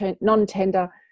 non-tender